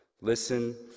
Listen